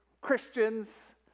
Christians